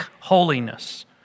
holiness